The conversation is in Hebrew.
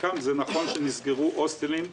זה נכון שנסגרו הוסטלים.